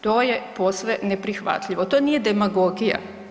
To je posve neprihvatljivo, to nije demagogija.